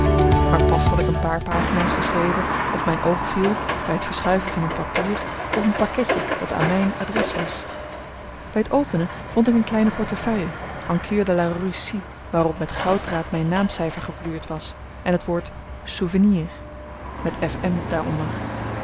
maar pas had ik een paar pagina's geschreven of mijn oog viel bij t verschuiven van een papier op een pakketje dat aan mijn adres was bij t openen vond ik een kleine portefeuille en cuir de russie waarop met gouddraad mijn naamcijfer geborduurd was en het woord souvenir met f m daaronder